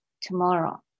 tomorrow